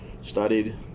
studied